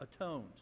atoned